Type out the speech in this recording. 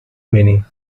meaning